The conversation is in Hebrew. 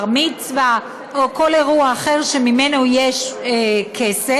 בר-מצווה או כל אירוע אחר שממנו יש כסף,